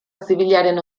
zibilaren